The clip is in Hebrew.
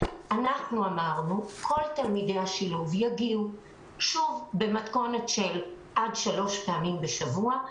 אמרנו שכל תלמידי השילוב יגיעו במתכונת של עד שלוש פעמים בשבוע.